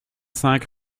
cinq